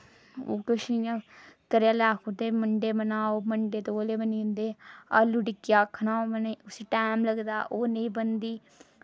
किश इंया घरै आह्ले आखदे मंडे बनाओ मंडे तौले बनी जंदे आलू टिक्खी आक्खना होऐ नी उसी टैम लगदा ओह् ने